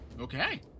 Okay